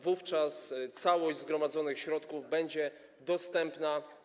Wówczas całość zgromadzonych środków będzie dostępna.